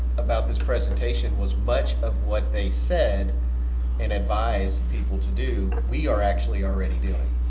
about this presentation was much of what they said and advise people to do we are actually already doing.